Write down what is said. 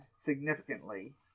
significantly